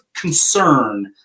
concern